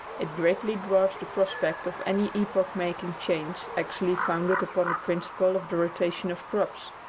it greatly dwarfs the prospect of any epoch-making change actually founded upon the principle of the rotation of crops.